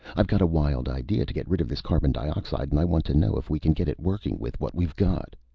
i've got a wild idea to get rid of this carbon dioxide, and i want to know if we can get it working with what we've got.